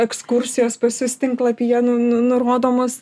ekskursijos pas jus tinklapyje nu nurodomos